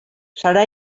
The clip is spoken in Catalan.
serà